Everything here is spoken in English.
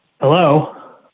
Hello